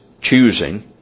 choosing